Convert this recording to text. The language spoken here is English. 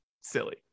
Silly